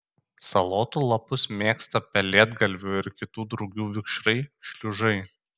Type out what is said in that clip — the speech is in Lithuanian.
salotų lapus mėgsta pelėdgalvių ir kitų drugių vikšrai šliužai